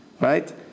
Right